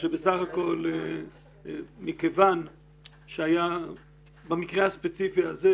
בסך הכול מכיוון שבמקרה הספציפי הזה,